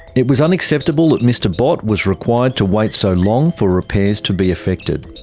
it was unacceptable that mr bott was required to wait so long for repairs to be effected.